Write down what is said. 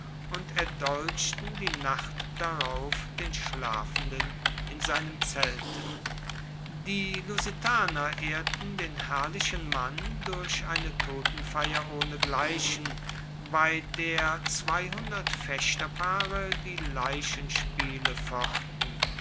und erdolchten die nacht darauf den schlafenden in seinem zelte die lusitaner ehrten den herrlichen mann durch eine totenfeier ohnegleichen bei der zweihundert fechterpaare die leichenspiele fochten